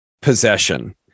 Possession